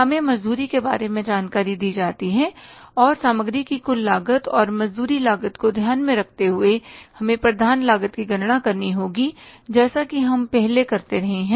हमें मजदूरी के बारे में जानकारी दी जाती है और सामग्री की कुल लागत और मजदूरी लागत को ध्यान में रखते हुए हमें प्रधान लागत की गणना करनी होगी जैसा कि हम पहले करते रहे हैं